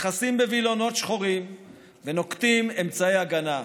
מכסים בווילונות שחורים ונוקטים אמצעי הגנה.